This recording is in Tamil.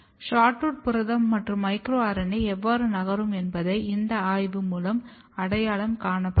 SHORTROOT புரதம் மற்றும் மைக்ரோ RNA எவ்வாறு நகரும் என்பதை இந்த ஆய்வின் மூலம் அடையாளம் காணப்பட்டது